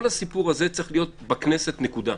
כל הסיפור הזה צריך להיות בכנסת, נקודה.